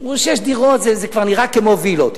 אמרו: שש דירות זה כבר נראה כמו וילות.